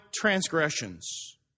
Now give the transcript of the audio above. transgressions